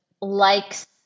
likes